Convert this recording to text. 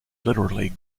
literally